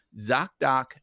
ZocDoc